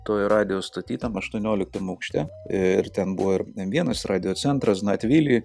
toj radijo stoty tam aštuonioliktam aukšte ir ten buvo ir em vienas radiocentras znadvili